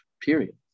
Period